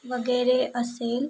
वगैरे असेल